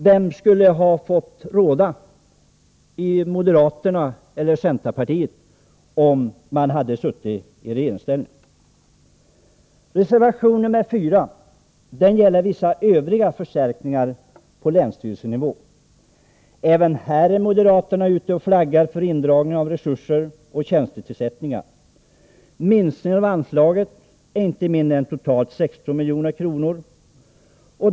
Vem skulle ha fått råda — moderaterna, centern eller folkpartiet — om de borgerliga var i regeringsställning? Reservation nr 4 gäller vissa övriga förstärkningar på länsstyrelsenivå. Även här flaggar moderaterna för en indragning när det gäller resurser och tjänstetillsättningar. Man förordar en minskning av anslaget med inte mindre än totalt 21 milj.kr.